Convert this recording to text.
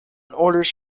orders